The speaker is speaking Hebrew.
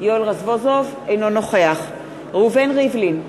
אינו נוכח ראובן ריבלין,